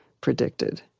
predicted